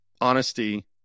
honesty